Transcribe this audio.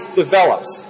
develops